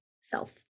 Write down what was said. self